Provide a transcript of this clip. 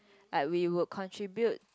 like we would contribute